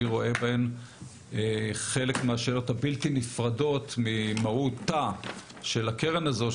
רואה בהן חלק מהשאלות הבלתי נפרדות ממהותה של הקרן הזאת,